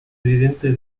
evidente